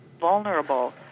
vulnerable